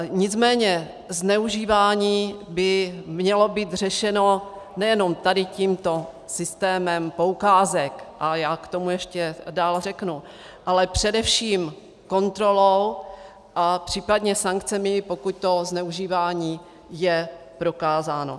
Nicméně zneužívání by mělo být řešeno nejenom tady tímto systémem poukázek, a já k tomu ještě dál řeknu, ale především kontrolou a případně sankcemi, pokud to zneužívání je prokázáno.